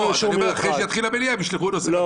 לא, אחרי שהמליאה תתחיל הם ישלחו נושא חדש.